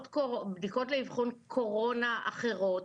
בדיקות לאבחון קורונה אחרות?